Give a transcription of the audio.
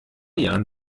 jahren